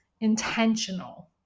intentional